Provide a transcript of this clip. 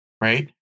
Right